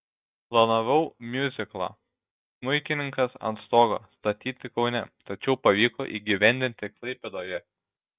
planavau miuziklą smuikininkas ant stogo statyti kaune tačiau pavyko įgyvendinti klaipėdoje